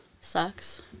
sucks